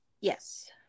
Yes